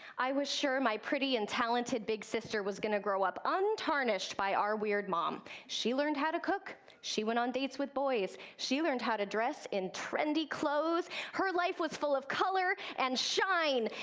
i was sure my pretty and talented big sister was going to grow up untarnished by our weird mom. she learned how to cook, she went on dates with boys, she learned how to dress in trendy clothes, her life was full of colour and shine,